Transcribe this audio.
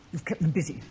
you've kept them busy!